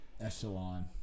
echelon